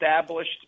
established